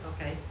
Okay